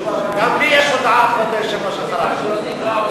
גם לי יש הודעה, כבוד היושב-ראש, אחריו.